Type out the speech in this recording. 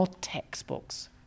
textbooks